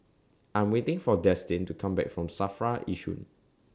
I'm waiting For Destin to Come Back from SAFRA Yishun